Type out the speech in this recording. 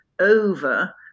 over